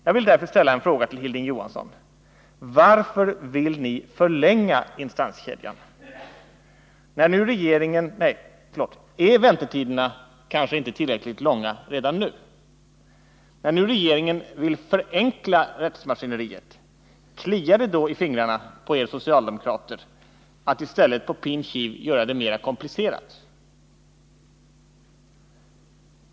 Jag vill därför ställa en fråga till Hilding Johansson: Varför vill ni förlänga instanskedjan? Är väntetiderna kanske inte tillräckligt långa redan nu? När nu regeringen vill förenkla rättsmaskineriet, kliar det då i fingrarna på er socialdemokrater att i stället på pin kiv göra det mer komplicerat?